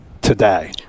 today